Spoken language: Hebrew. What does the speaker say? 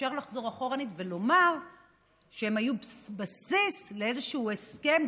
אפשר לחזור אחורנית ולומר שהם היו בסיס לאיזשהו הסכם,